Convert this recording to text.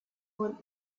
want